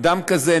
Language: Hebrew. אדם כזה,